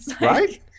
right